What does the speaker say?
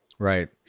Right